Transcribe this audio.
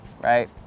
Right